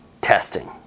testing